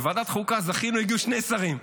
בוועדת חוקה זכינו, הגיעו שני שרים.